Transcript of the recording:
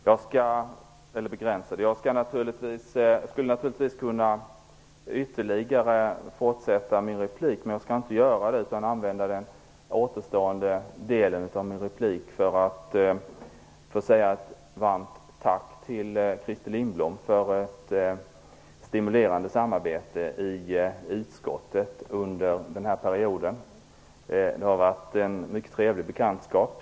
Jag skulle kunna fortsätta denna debatt, men jag skall använda den återstående delen av min replik till att säga ett varmt tack till Christer Lindblom för ett stimulerande samarbete i utskottet under den här perioden. Han har varit en mycket trevlig bekantskap.